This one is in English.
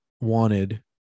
wanted